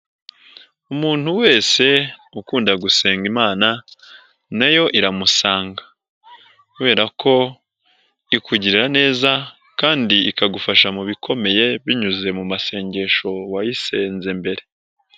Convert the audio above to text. Umuntu wese ukunda gusenga imana na yo iramusanga kubera ko ikugirira neza kandi ikagufasha mu bikomeye, binyuze mu masengesho wayisenze mbere.